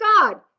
God